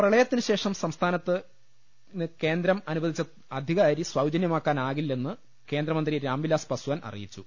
പ്രളയത്തിനുശേഷം സംസ്ഥാനത്തിന് കേന്ദ്രം അനുവദിച്ച അധിക അരി സൌജന്യമാക്കാനാവില്ലെന്ന് കേന്ദ്രമന്ത്രി രാംവിലാസ് പസ്വാൻ അറിയിച്ചു